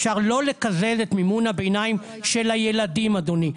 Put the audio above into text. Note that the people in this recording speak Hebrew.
אפשר לא לקזז את מימון הביניים של הילדים, אדוני.